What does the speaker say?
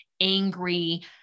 angry